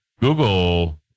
Google